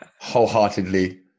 wholeheartedly